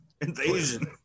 invasion